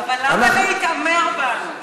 אבל למה להתעמר בנו?